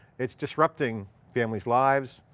it's disrupting family's lives.